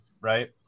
Right